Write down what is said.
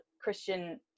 Christian